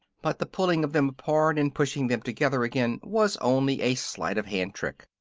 but the pulling of them apart and pushing them together again was only a sleight-of-hand trick.